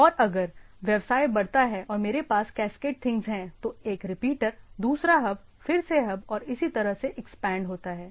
और अगर व्यवसाय बढ़ता है और मेरे पास कैस्केड थिंग्स है तो एक रिपीटर दूसरा हब फिर से हब और इसी तरह से एक्सपेंड होता है